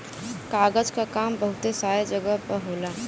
कागज क काम बहुत सारे जगह पर होला